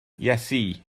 iesu